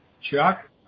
Chuck